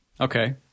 Okay